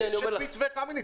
יש את מתווה קמיניץ.